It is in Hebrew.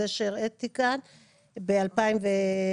שהראיתי כאן מ-2005.